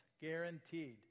guaranteed